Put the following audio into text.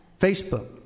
Facebook